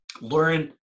learn